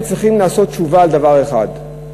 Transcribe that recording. הם צריכים לעשות תשובה על דבר אחד,